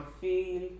feel